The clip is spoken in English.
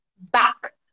back